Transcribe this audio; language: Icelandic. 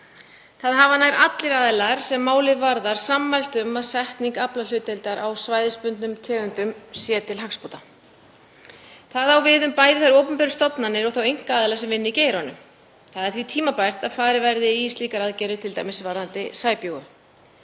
Það hafa nær allir aðilar sem málið varðar sammælst um að setning aflahlutdeildar á svæðisbundnum tegundum sé til hagsbóta. Það á við um bæði þær opinberu stofnanir og þá einkaaðila sem vinna í geiranum. Það er því tímabært að farið verði í slíkar aðgerðir t.d. varðandi sæbjúgu.